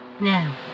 Now